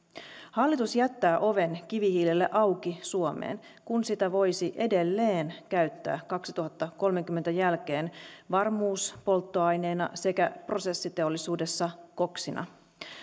hallitus jättää oven kivihiilelle auki suomeen sitä voisi edelleen käyttää vuoden kaksituhattakolmekymmentä jälkeen varmuuspolttoaineena sekä prosessiteollisuudessa koksina